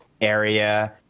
area